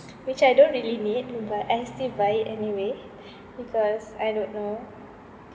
which I don't really need but I still buy it anyway because I don't know